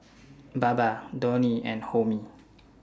Baba Dhoni and Homi